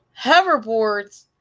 Hoverboards